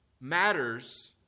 matters